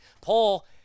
Paul